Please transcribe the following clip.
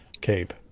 Cape